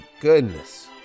goodness